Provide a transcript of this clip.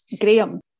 Graham